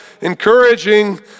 encouraging